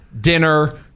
dinner